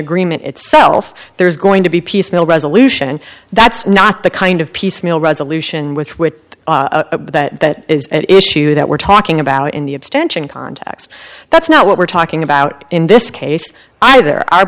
agreement itself there's going to be peaceful resolution that's not the kind of piecemeal resolution with which that is an issue that we're talking about in the abstention contacts that's not what we're talking about in this case either our